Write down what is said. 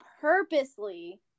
purposely